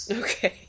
okay